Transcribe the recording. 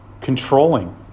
Controlling